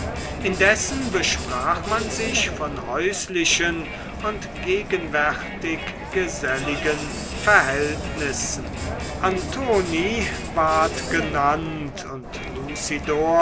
indessen besprach man sich von häuslichen und gegenwärtig geselligen verhältnissen antoni ward genannt und